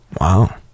Wow